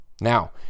Now